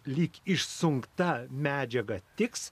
lyg išsunkta medžiaga tiks